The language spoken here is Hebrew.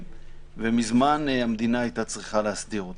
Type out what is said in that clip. ומזמן המדינה הייתה צריכה להסדיר אותם.